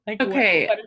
Okay